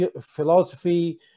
philosophy